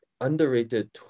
underrated